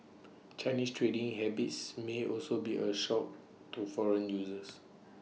Chinese trading habits may also be A shock to foreign users